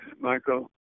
Michael